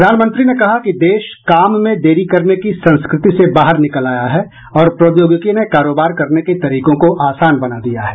प्रधानमंत्री ने कहा कि देश काम में देरी करने की संस्कृति से बाहर निकल आया है और प्रौद्योगिकी ने कारोबार करने के तरीकों को आसान बना दिया है